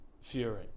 Fury